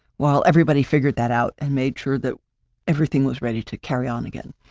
while everybody figured that out and made sure that everything was ready to carry on again,